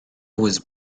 was